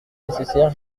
nécessaire